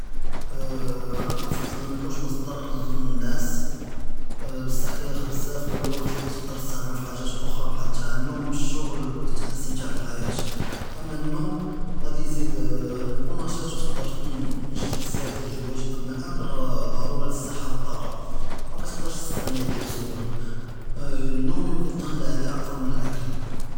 אני כנג’בּל מנכונש מצ’טר נענעס בצח קייאח’ד בזאף וווקט ת’א’ח’ד’ו פי ת’עלום ש’גל’ ח’תא אסט’מת’اع בעלח’ייא אמא אלנומ’ ג’אד יזיד כן מג’אש ת’קדר ת’נג’ז בזאף דיאל ח’ואג אמא אקל דרורי לסחה וטעקה מת’קדרש תסת’אג’ני ע’ליה בסאהלה נום י’مكن ת’חל’א ע’ליה אכ’תאר מן אקל.